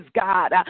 God